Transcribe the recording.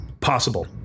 possible